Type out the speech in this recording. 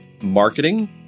marketing